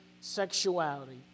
Sexuality